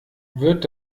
wird